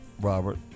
Robert